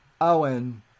Owen